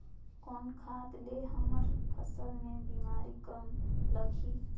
कौन खाद ले हमर फसल मे बीमारी कम लगही?